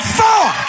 four